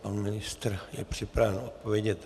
Pan ministr je připraven odpovědět hned.